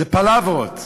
זה "פלברות".